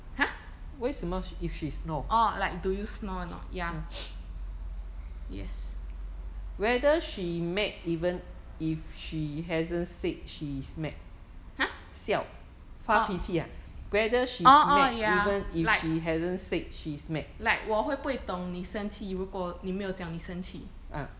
!huh! orh like do you snore or not ya yes !huh! orh orh orh ya like like 我会不会懂你生气如果你没有讲你生气